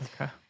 Okay